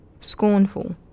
scornful